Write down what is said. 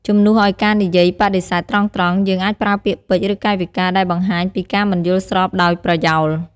ជំនួសឲ្យការនិយាយបដិសេធត្រង់ៗ យើងអាចប្រើពាក្យពេចន៍ ឬកាយវិការដែលបង្ហាញពីការមិនយល់ស្របដោយប្រយោល។